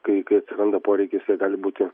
kai kai atsiranda poreikis ir gali būti